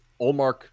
Olmark